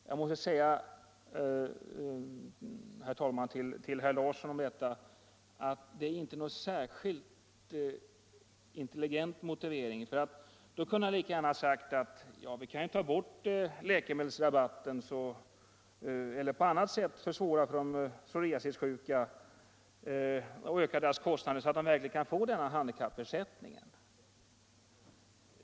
Jag måste säga till herr Larsson i Vänersborg att det inte är någon särskilt intelligent motivering. Då kunde ju herr Larsson lika gärna ha sagt att vi kan ta bort läkemedelsrabatten eller på annat sätt försvåra för de psoriasissjuka och därmed öka deras kostnader, så att de kan få denna handikappersättning.